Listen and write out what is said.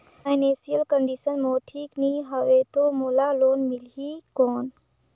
Financial condition मोर ठीक नी हवे तो मोला लोन मिल ही कौन??